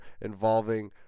involving